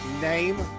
name